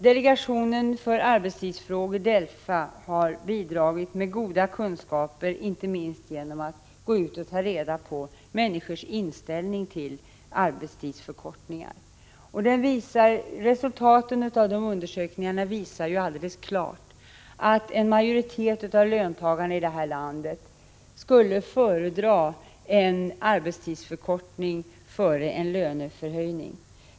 Delegationen för arbetstidsfrågor, DELFA, har bidragit med goda kunskaper inte minst genom att ta reda på människors inställning till arbetstidsförkortningar. Resultatet av undersökningarna visar alldeles klart att en majoritet av löntagarna i detta land skulle föredra en arbetstidsförkortning före en löneförhöjning.